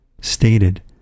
stated